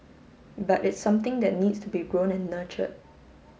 but it's something that needs to be grown and nurtured